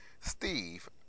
Steve